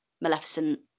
Maleficent